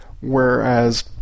whereas